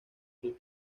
sus